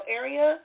area